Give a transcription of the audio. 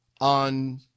on